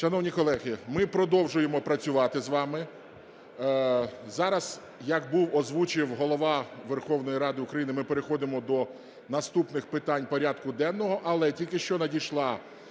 Шановні колеги, ми продовжуємо працювати з вами. Зараз, як був озвучив Голова Верховної Ради України, ми переходимо до наступних питань порядку денного. Але тільки що надійшла